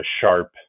sharp